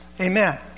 Amen